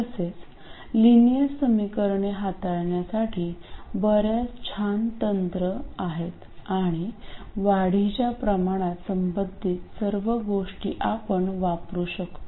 तसेच लिनियर समीकरणे हाताळण्यासाठी बर्याच छान तंत्र आहेत आणि वाढीच्या प्रमाणात संबंधित सर्व गोष्टी आपण वापरु शकतो